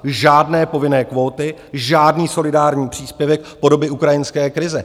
Žádné povinné kvóty, žádný solidární příspěvek po dobu ukrajinské krize.